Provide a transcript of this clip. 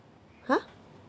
!huh!